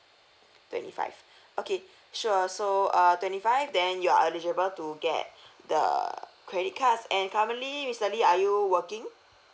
twenty five okay sure so uh twenty five then you are eligible to get the err credit cards and currently mister lee are you working